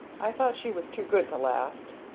i thought she was too good to last!